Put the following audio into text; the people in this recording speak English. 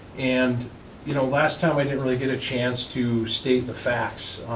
and you know last time i didn't really get a chance to state the facts.